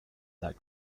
that